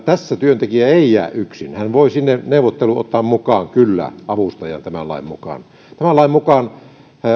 tässä työntekijä ei jää yksin hän voi sinne neuvotteluun ottaa mukaan kyllä avustajan tämän lain mukaan tämän lain mukaan